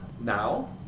now